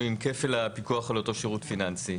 עם כפל הפיקוח על אותו שירות פיננסי.